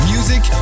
Music